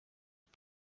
het